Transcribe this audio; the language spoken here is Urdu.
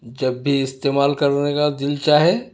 جب بھی استعمال کرنے کا دل چاہے